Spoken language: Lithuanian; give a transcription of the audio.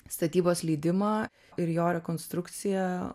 statybos leidimą ir jo rekonstrukcija